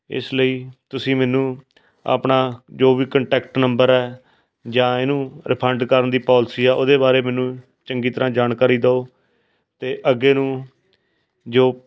ਇਸ ਲਈ ਤੁਸੀਂ ਮੈਨੂੰ ਆਪਣਾ ਜੋ ਵੀ ਕੰਟੈਕਟ ਨੰਬਰ ਹੈ ਜਾਂ ਇਹਨੂੰ ਰਿਫੰਡ ਕਰਨ ਦੀ ਪੋਲਸੀ ਆ ਉਹਦੇ ਬਾਰੇ ਮੈਨੂੰ ਚੰਗੀ ਤਰ੍ਹਾਂ ਜਾਣਕਾਰੀ ਦਓ ਅਤੇ ਅੱਗੇ ਨੂੰ ਜੋ